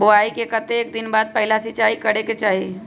बोआई के कतेक दिन बाद पहिला सिंचाई करे के चाही?